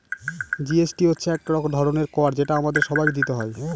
GST হচ্ছে এক ধরনের কর যেটা আমাদের সবাইকে দিতে হয়